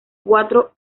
cuatro